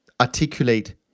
articulate